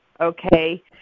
okay